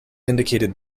indicated